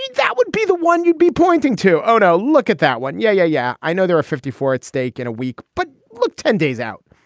that would be the one you'd be pointing to. oh, no, look at that one. yeah, yeah. i know there are fifty four at stake in a week, but look, ten days out,